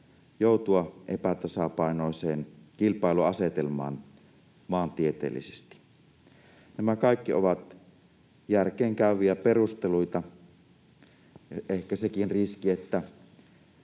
joutua epätasapainoiseen kilpailuasetelmaan maantieteellisesti. Nämä kaikki ovat järkeenkäyviä perusteluita. Ehkä sekin on riski, että